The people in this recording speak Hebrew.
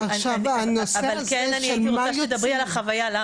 אבל כן אני הייתי רוצה שתדברי על החוויה.